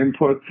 inputs